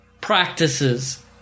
practices